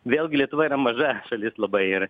vėlgi lietuva yra maža šalis labai ir